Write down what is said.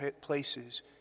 places